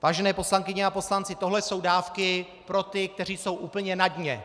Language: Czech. Vážené poslankyně a poslanci, tohle jsou dávky pro ty, kteří jsou úplně na dně.